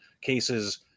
cases